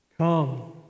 Come